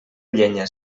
llenya